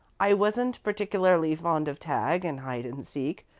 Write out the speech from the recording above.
i wasn't particularly fond of tag and hide-and-seek,